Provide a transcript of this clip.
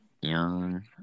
Young